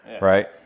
right